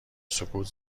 سکوت